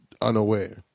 unaware